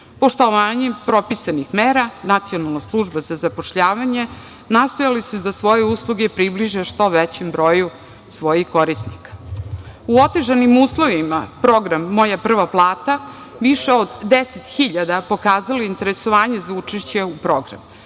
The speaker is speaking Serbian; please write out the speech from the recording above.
Poštovanjem propisanih mera Nacionalna služba za zapošljavanje nastojala je da svoje usluge približi što većem broju svojih korisnika.U otežanim uslovima Program „Moja prva plata“, više od 10 hiljada pokazalo je interesovanje za učešće za program.